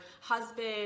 husband